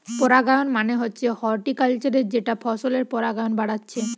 পরাগায়ন মানে হচ্ছে হর্টিকালচারে যেটা ফসলের পরাগায়ন বাড়াচ্ছে